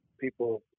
people